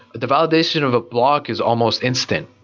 the validation of a block is almost instant.